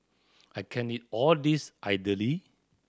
I can't eat all this idly